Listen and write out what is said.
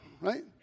right